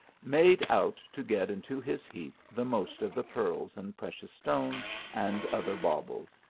made out to get into his heap the most of the pearls and precious stones, and other baubles,